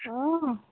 অঁ